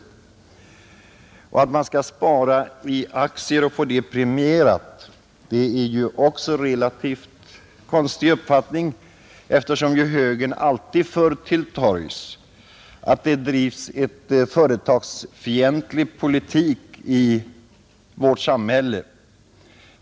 Det är väl en relativt konstig uppfattning att man skall spara i aktier och få det premierat, eftersom moderata samlingspartiet alltid fört till torgs att det bedrivs en företagsfientlig politik i vårt samhälle.